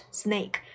snake